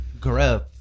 growth